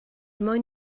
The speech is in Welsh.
mwyn